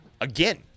Again